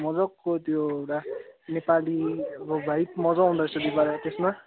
मज्जाको त्यो राख नेपालीहरूको भाइभ मज्जा आउँद रहेछ बिहीबारे हाटमा